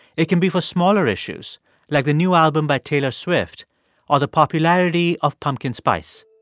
it can be for smaller issues like the new album by taylor swift or the popularity of pumpkin spice.